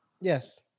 Yes